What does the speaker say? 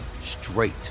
straight